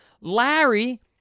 Larry